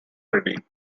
reddy